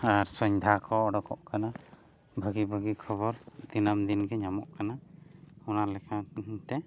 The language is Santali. ᱟᱨ ᱥᱚᱧᱫᱷᱟ ᱠᱚ ᱩᱰᱩᱠᱚᱜ ᱠᱟᱱᱟ ᱵᱷᱟᱹᱜᱤ ᱵᱷᱟᱹᱜᱤ ᱠᱷᱚᱵᱚᱨ ᱫᱤᱱᱟᱹᱢ ᱫᱤᱱ ᱜᱮ ᱧᱟᱢᱚᱜ ᱠᱟᱱᱟ ᱚᱱᱟ ᱞᱮᱠᱟᱛᱮ